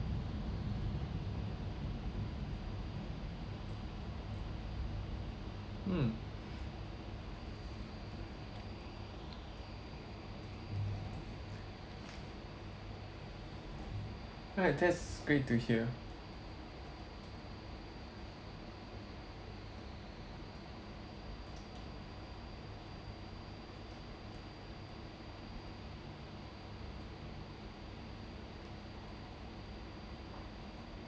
mm alright that's great to hear